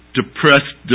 depressed